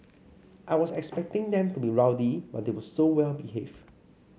I was expecting them to be rowdy but they were so well behaved